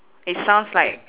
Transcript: it sounds like